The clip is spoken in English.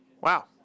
Wow